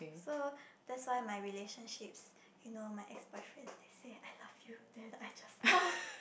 so that's why my relationships you know my ex boyfriends they say I love you then I just oh